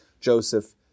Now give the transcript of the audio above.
Joseph